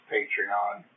Patreon